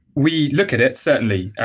we look at it, certainly.